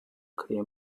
clear